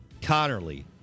Connerly